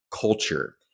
culture